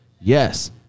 Yes